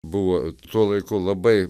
buvo tuo laiku labai